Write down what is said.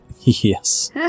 Yes